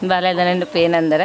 ಬಾಲ್ಯದ ನೆನಪು ಏನಂದರೆ